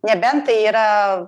nebent tai yra